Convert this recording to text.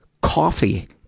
coffee